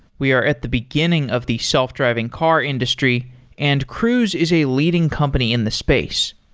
we are at the beginning of the self-driving car industry and cruise is a leading company in the space.